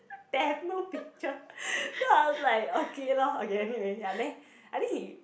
then no picture then I was like okay lor okay anyway ya then I think he